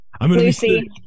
Lucy